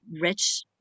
rich